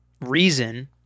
reason